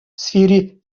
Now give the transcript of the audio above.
сфере